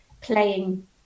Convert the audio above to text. playing